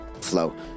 flow